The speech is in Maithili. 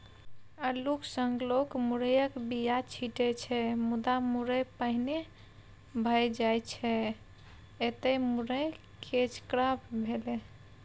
अल्लुक संग लोक मुरयक बीया छीटै छै मुदा मुरय पहिने भए जाइ छै एतय मुरय कैच क्रॉप भेलै